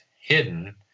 hidden